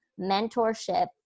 mentorship